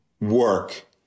work